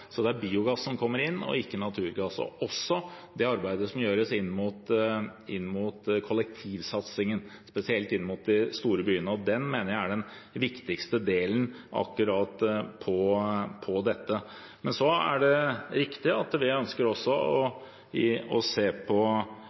det er biogass som kommer inn og ikke naturgass. Den viktigste delen av akkurat dette mener jeg er det arbeidet som gjøres inn mot kollektivsatsingen, spesielt inn mot de store byene. Men det er riktig at vi også ønsker å se på og ta i bruk husdyrgjødsel i produksjonen, at